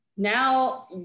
Now